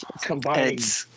combined